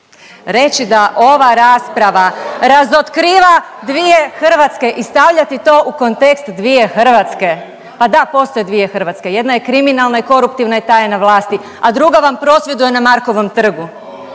Reći da ova rasprava razotkriva dvije Hrvatske i stavljati to u kontekst dvije Hrvatske? Pa da, postoje dvije Hrvatske, jedna je kriminalna i koruptivna i ta je na vlasti, a druga vam prosvjeduje na Markovo trgu.